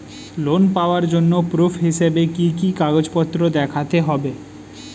Loan পাওয়ার জন্য proof হিসেবে কি কি কাগজপত্র দেখাতে হবে?